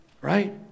right